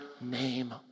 name